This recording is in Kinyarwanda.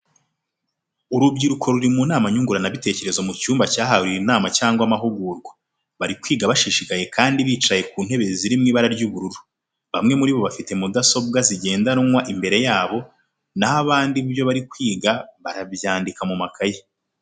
Urubyiruko ruri mu nama nyunguranabitekerezo mu cyumba cyahariwe inama cyangwa amahugurwa, bari kwiga bashishikaye kandi bicaye ku ntebe ziri mu ibara ry'ubururu. Bamwe muri bo bafite mudasobwa zigendanwa imbere yabo, na ho abandi ibyo bari kwiga barabyandika mu makaye.